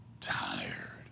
Tired